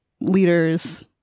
leaders